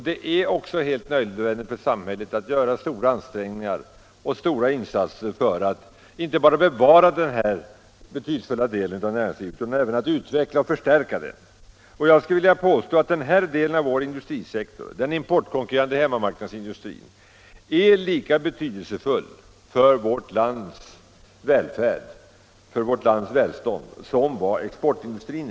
Det är också helt nödvändigt för samhället att göra stora ansträngningar och stora insatser inte bara för att bevara den här betydelsefulla delen av näringslivet utan även för att utveckla och förstärka den. Jag skulle vilja påstå att den här delen av vår industrisektor — den importkonkurrerande hemmamarknadsindustrin — är lika betydelsefull för vårt lands välfärd och välstånd som exportindustrin.